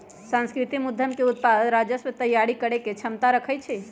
सांस्कृतिक उद्यम के उत्पाद राजस्व तइयारी करेके क्षमता रखइ छै